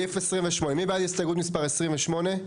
מי בעד הסתייגות מספר 28?